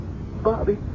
Bobby